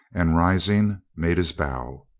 and rising made his bow.